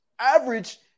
Average